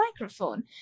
microphone